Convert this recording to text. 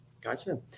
gotcha